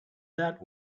that